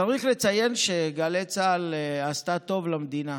צריך לציין שגלי צה"ל עשתה טוב למדינה.